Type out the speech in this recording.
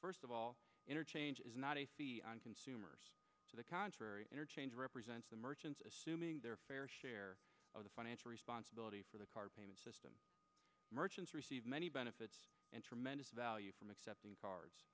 first of all interchange is not a consumer to the contrary interchange represents the merchants assuming their fair share of the financial responsibility for the car payment system merchants receive many benefits and tremendous value from accepting car